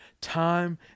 time